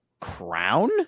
Crown